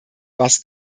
was